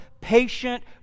patient